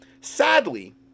Sadly